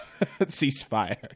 ceasefire